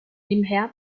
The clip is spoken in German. nebenher